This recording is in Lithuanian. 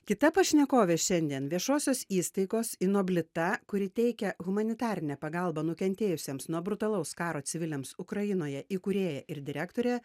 kita pašnekovė šiandien viešosios įstaigos ir inoblita kuri teikia humanitarinę pagalbą nukentėjusiems nuo brutalaus karo civiliams ukrainoje įkūrėja ir direktorė